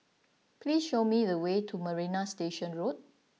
please show me the way to Marina Station Road